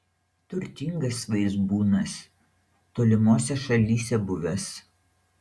turtingas vaizbūnas tolimose šalyse buvęs